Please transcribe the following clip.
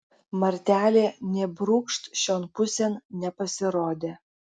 martelė nė brūkšt šion pusėn nepasirodė